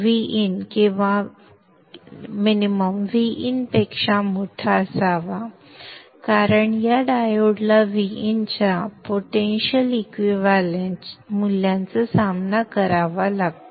Vin किंवा किमान Vin पेक्षा मोठा असावा कारण या डायोडला Vin च्या पोटेन्शियल इक्विव्हॅलेंट मूल्याचा सामना करावा लागतो